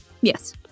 Yes